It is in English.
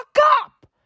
up